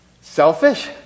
selfish